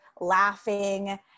laughing